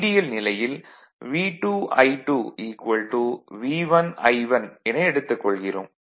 ideal நிலையில் V2 I2 V1 I1 என எடுத்துக் கொள்கிறோம்